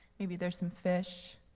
maybe there's some fish.